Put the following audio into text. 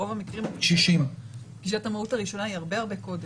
ברוב המקרים פגישת המהות הראשונה היא הרבה קודם.